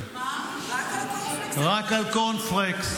רק על קורנפלקס